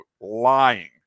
lying